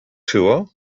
tour